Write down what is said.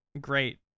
great